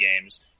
games